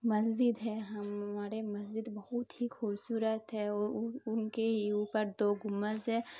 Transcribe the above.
مسجد ہے ہمارے مسجد بہت ہی خوبصورت ہے ان کے ہی اوپر دو گنبد ہے